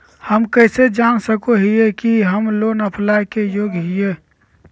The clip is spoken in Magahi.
हम कइसे जान सको हियै कि हम लोन अप्लाई के योग्य हियै?